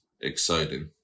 exciting